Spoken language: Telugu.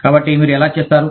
కాబట్టి మీరు ఎలా చేస్తారు